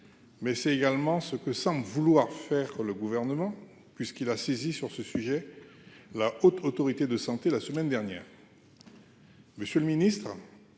mais c'est également ce que, sans vouloir faire le gouvernement puisqu'il a saisi sur ce sujet, la Haute autorité de santé la semaine dernière.